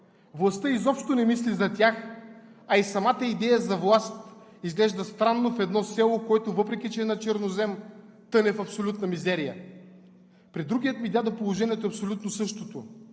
Властта изобщо не мисли за тях, а и самата идея за власт изглежда странно в едно село, което, въпреки че е на чернозем, тъне в абсолютна мизерия. При другия ми дядо положението е абсолютно същото.